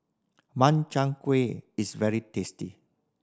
Makchang Gui is very tasty